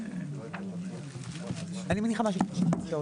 אני מציע שאת התשובות המספריות נמציא לכם בכתב אחר כך.